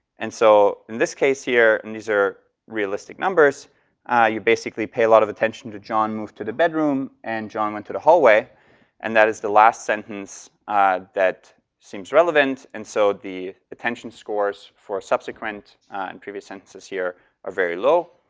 and so, in this case here and these are realistic numbers you basically pay a lot of attention to john move to the bedroom and john went to the hallway and that is the last sentence that seems relevant. and so, the attention scores for a subsequent previous sentences here are very low.